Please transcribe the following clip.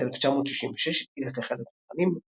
בשנת 1966 התגייס לחיל התותחנים,